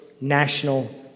national